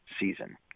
season